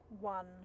one